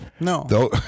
No